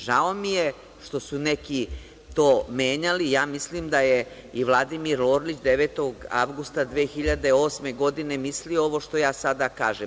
Žao mi je što su neki to menjali, ja mislim da je i Vladimir Orlić 9. avgusta 2008. godine mislio ovo što ja sada kažem.